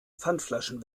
pfandflaschen